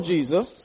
Jesus